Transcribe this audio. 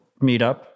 meetup